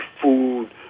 food